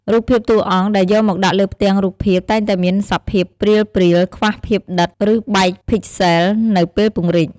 រូបភាពតួអង្គដែលយកមកដាក់លើផ្ទាំងរូបភាពតែងតែមានសភាព ព្រាលៗ ខ្វះភាពដិត ឬបែកភីកសែល នៅពេលពង្រីក ។